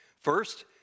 First